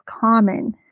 common